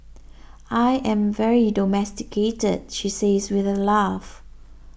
I am very domesticated she says with a laugh